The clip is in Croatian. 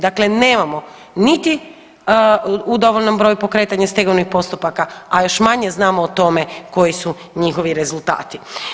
Dakle, nemamo niti u dovoljnom broju pokretanja stegovnih postupaka, a još manje znamo o tome koji su njihovi rezultati.